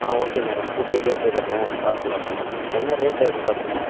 ஆ okay madam two BHK தானே பார்த்துர்லாம் madam என்ன ரேட்டில் எதிர்பார்க்குறீங்க